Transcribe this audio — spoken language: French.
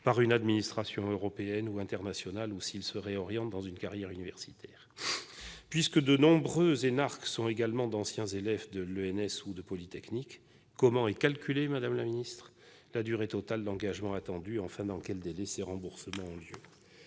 par une administration européenne ou internationale, ou s'il se réoriente vers une carrière universitaire ? Puisque de nombreux énarques sont également d'anciens élèves de l'École normale supérieure, l'ENS, ou de l'École polytechnique, comment est calculée, madame la ministre, la durée totale d'engagement attendue ? Enfin, dans quels délais ces remboursements sont-ils